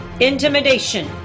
intimidation